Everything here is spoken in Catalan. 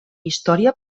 història